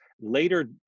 later